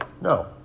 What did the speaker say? no